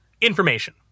information